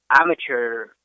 amateur